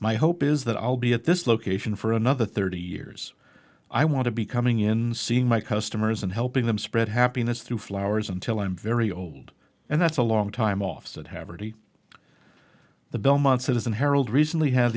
my hope is that i'll be at this location for another thirty years i want to be coming in seeing my customers and helping them spread happiness through flowers until i'm very old and that's a long time off said haverty the belmont citizen herald recently ha